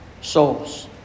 souls